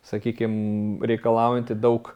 sakykim reikalaujanti daug